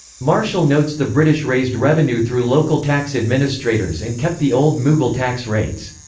marshall notes the british raised revenue through local tax administrators and kept the old mughal tax rates.